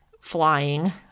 flying